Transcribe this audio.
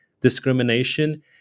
discrimination